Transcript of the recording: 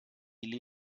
die